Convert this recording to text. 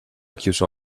chiuso